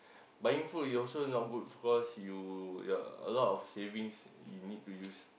buying food is also not good because you ya a lot of savings you need to use